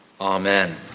Amen